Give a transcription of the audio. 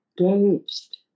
engaged